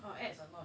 or add